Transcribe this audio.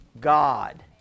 God